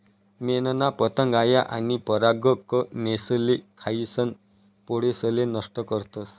मेनना पतंग आया आनी परागकनेसले खायीसन पोळेसले नष्ट करतस